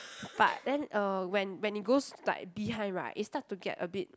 but then uh when when you go s~ like behind right it start to get a bit